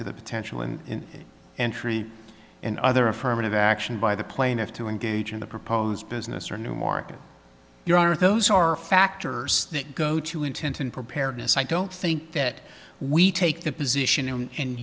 to the potential in entry and other affirmative action by the plaintiff to engage in the proposed business or newmarket your honor those are factors that go to intent and preparedness i don't think that we take the position and